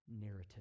narrative